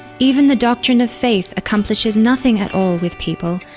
even the doctrine of faith accomplishes nothing at all with people,